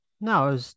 No